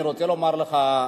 אני רוצה לומר לך,